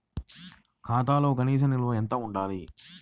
ఖాతాలో కనీస నిల్వ ఎంత ఉండాలి?